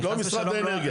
לא משרד האנרגיה, לא האוצר.